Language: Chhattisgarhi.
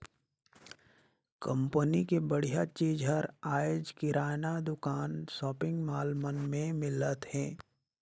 कंपनी के बड़िहा चीज हर आयज किराना दुकान, सॉपिंग मॉल मन में मिलत हे